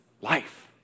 life